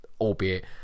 albeit